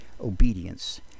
obedience